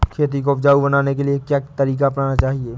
खेती को उपजाऊ बनाने के लिए क्या तरीका अपनाना चाहिए?